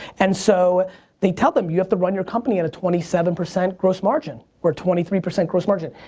and so they tell them you have to run your company at a twenty seven percent gross margin or twenty three percent gross margin.